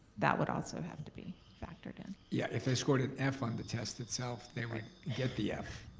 that would also have to be factored in. yeah, if they scored an f on the test itself, they would get the f,